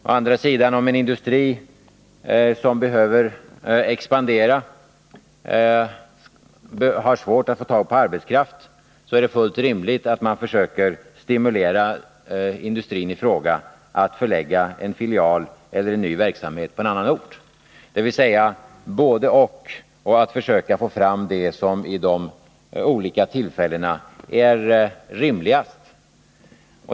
Å andra sidan: Om en industri som behöver expandera har svårt att få tag på arbetskraft, är det fullt rimligt att man försöker stimulera industrin i fråga att förlägga en filial eller en ny verksamhet till en annan ort, dvs. både-och. Man försöker få fram det som vid de olika tillfällena är rimligast.